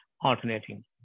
alternating